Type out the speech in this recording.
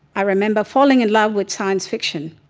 i remember falling in love with science fiction.